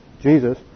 Jesus